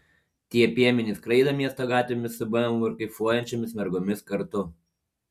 tie piemenys skraido miesto gatvėmis su bemvu ir kaifuojančiomis mergomis kartu